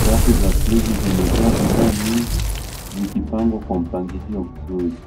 Rafu za friji zimejaa bidhaa nyingi, zikipangwa kwa mpangilio mzuri.